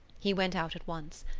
he went out at once.